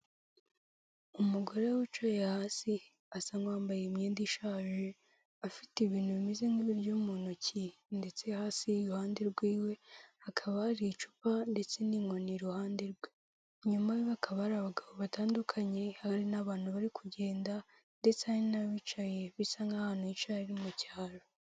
Umugore wicaye hasi asa nk'uwambaye imyenda ishaje afite ibintu bimeze nk'ibiryo mu ntoki ndetse hasi iruhande rw'iwe hakaba hari icupa ndetse n'inkoni iruhande rwe inyuma yiwe hakaba hari abagabo batandukanye hari n'abantu bari kugenda ndetse hari n'abicaye bisa nk'aho ahantu yicaye ari mu cyaro.